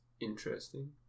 interesting